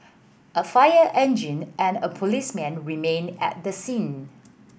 a fire engine and a policeman remained at the scene